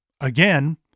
Again